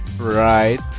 Right